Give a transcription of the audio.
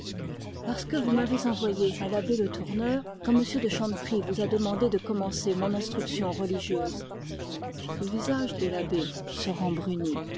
parce que vous m'avez envoyée à l'abbé le tourneur quand m de chanteprie vous a demandé de commencer mon instruction religieuse le visage de l'abbé se rembrunit